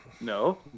No